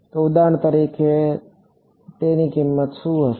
તો ઉદાહરણ તરીકે ની કિંમત શું હશે